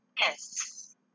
yes